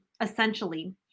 essentially